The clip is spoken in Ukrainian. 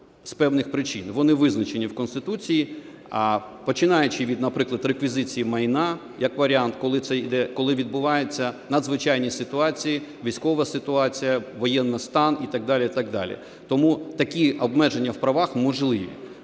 з певних причин. Вони визначені в Конституції, починаючи від, наприклад, реквізиції майна, як варіант, коли відбуваються надзвичайні ситуації: військова ситуація, воєнний стан і так далі, і так далі. Тому такі обмеження в правах можливі.